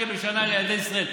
הגדולות ביותר זה תקציב דו-שנתי,